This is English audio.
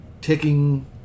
ticking